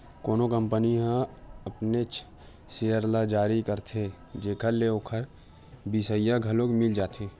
कोनो कंपनी ह अपनेच सेयर ल जारी करथे जेखर ले ओखर बिसइया घलो मिल जाथे